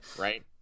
right